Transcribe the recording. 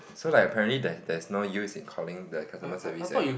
so like apparently there's there's no use in calling the customer service and